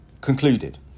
concluded